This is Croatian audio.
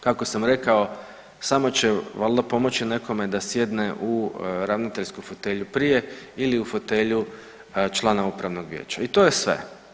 Kako sam rekao samo će valjda pomoći nekome da sjedne u ravnateljsku fotelju prije ili u fotelju člana Upravnog vijeća i to je sve.